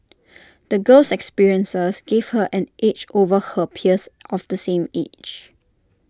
the girl's experiences gave her an edge over her peers of the same age